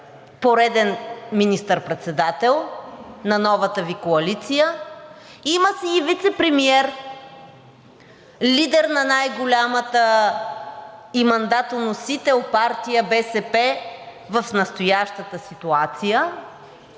пореден министър-председател на новата Ви коалиция. Има си и вицепремиер – лидер на най-голямата и мандатоносител партия БСП в настоящата ситуация,